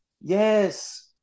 Yes